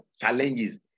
challenges